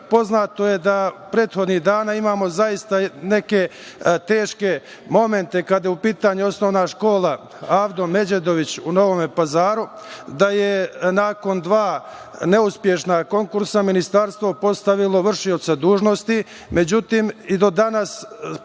poznato je da prethodnih dana imamo zaista neke teške momente kada je u pitanju Osnovna škola „Avdo Međedović“ u Novom Pazaru, da je nakon dva neuspešna konkursa ministarstvo postavilo vršioca dužnosti. Međutim, i do danas